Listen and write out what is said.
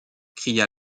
cria